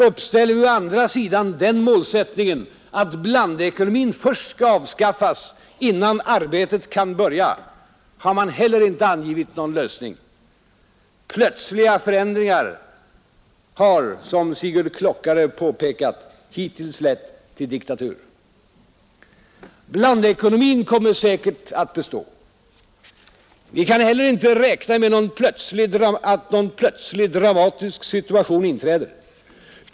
Uppställer vi å andra sidan den målsättningen att blandekonomin först skall avskaffas innan arbetet kan börja har man heller inte angivit någon lösning. ”Plötsliga förändringar” har, som Sigurd Klockare påpekat, hittills lett till diktatur. Blandekonomin kommer säkert att bestå. Vi kan heller inte räkna med att någon plötslig, dramatisk situation inträder.